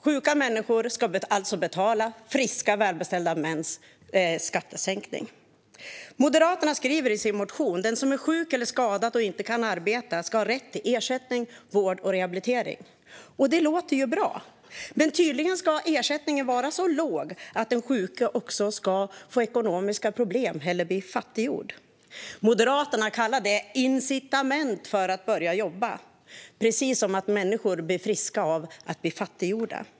Sjuka människor ska alltså betala friska välbeställda mäns skattesänkning. Moderaterna skriver i sin motion att den som är sjuk eller skadad och inte kan arbeta ska ha rätt till ersättning, vård och rehabilitering. Detta låter bra, men tydligen ska ersättningen vara så låg att den sjuke också ska få ekonomiska problem eller bli fattiggjord. Moderaterna kallar detta incitament för att börja jobba, precis som att människor blir friska av att bli fattiggjorda.